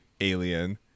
alien